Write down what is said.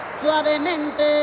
suavemente